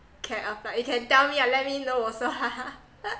can apply you can tell me ah let me know also